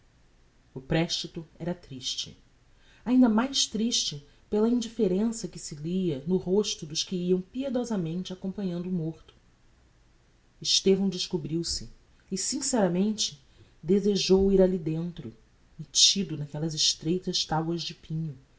o prestito era triste ainda mais triste pela indifferença que se lia no rosto dos que iam piedosamente acompanhando o morto estevão descobriu-se e sinceramente desejou ir alli dentro mettido naquellas estreitas tabuas de pinho